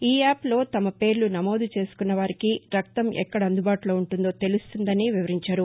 ఈ యాప్ లో తమ పేర్ల నమోదు చేసుకున్న వారికి రక్తం ఎక్కడ అందుబాటులో ఉంటుందో తెలుస్తుందని వివరించారు